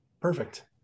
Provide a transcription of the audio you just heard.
perfect